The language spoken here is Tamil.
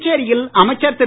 புதுச்சேரியில் அமைச்சர் திரு